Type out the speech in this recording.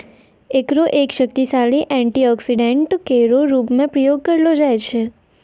एकरो एक शक्तिशाली एंटीऑक्सीडेंट केरो रूप म प्रयोग करलो जाय छै